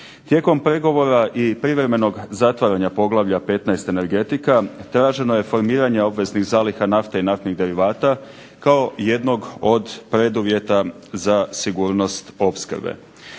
Tijekom pregovora i privremenog zatvaranja poglavlja XV. – Energetika traženo je formiranje obveznih zaliha nafte i naftnih derivata kao jednog od preduvjeta za sigurnost opskrbe.